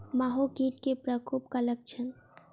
माहो कीट केँ प्रकोपक लक्षण?